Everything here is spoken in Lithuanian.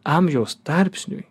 amžiaus tarpsniui